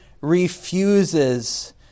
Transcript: refuses